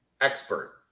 Expert